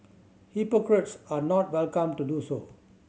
hypocrites are not welcome to do so